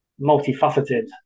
multifaceted